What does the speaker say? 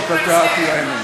הוא הרוצח.